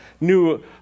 new